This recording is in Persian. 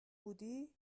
بودی